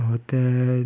होते हैं